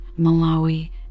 Malawi